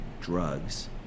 drugs